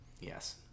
Yes